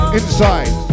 inside